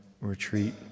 retreat